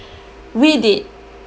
we did